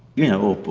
you know. but